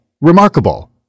Remarkable